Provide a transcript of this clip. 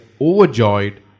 overjoyed